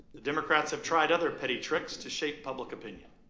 the democrats have tried other petty tricks to shape public opinion.